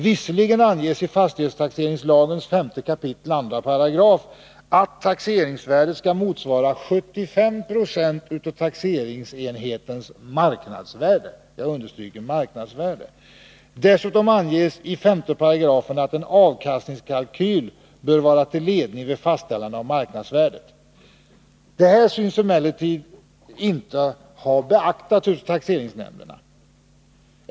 Visserligen anges i fastighetstaxeringslagens 5 kap. 2§ att taxeringsvärdet skall motsvara 75 20 av taxeringsenhetens marknadsvärde. Dessutom anges i 5§ att en avkastningskalkyl bör vara till ledning vid fastställande av marknadsvärdet. Detta synes emellertid inte ha beaktats av taxeringsnämnderna.